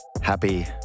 Happy